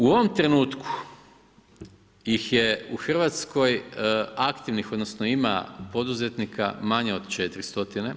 U ovom trenutku ih je u Hrvatskoj aktivnih, odnosno ima poduzetnika manje od 400.